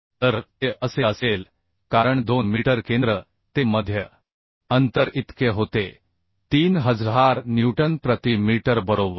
तर ते असे असेल कारण 2 मीटर केंद्र ते मध्य अंतर इतके होते 3000 न्यूटन प्रति मीटर बरोबर